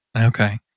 Okay